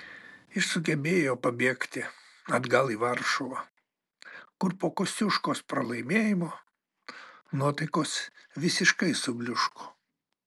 jis sugebėjo pabėgti atgal į varšuvą kur po kosciuškos pralaimėjimo nuotaikos visiškai subliūško